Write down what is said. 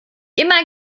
immer